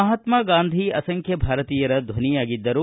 ಮಹಾತ್ಮಾ ಗಾಂಧೀ ಅಸಂಖ್ಯ ಭಾರತೀಯರ ಧ್ವನಿಯಾಗಿದ್ದರು